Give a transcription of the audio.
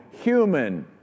human